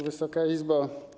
Wysoka Izbo!